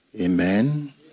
Amen